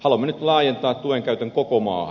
haluamme nyt laajentaa tuen käytön koko maahan